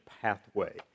pathway